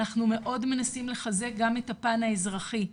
אנחנו מאוד מנסים לחזק גם את הפן האזרחי,